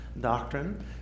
doctrine